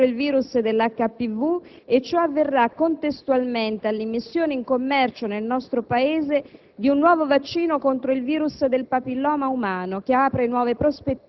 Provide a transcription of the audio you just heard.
«Oggi siamo qui per rinnovare il nostro impegno nell'informazione e nella diffusione capillare dei programmi di *screening*, ma anche per annunciare con soddisfazione